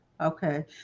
Okay